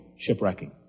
shipwrecking